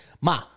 Ma